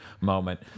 moment